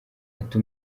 ati